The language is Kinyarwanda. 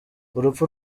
urupfu